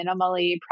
minimally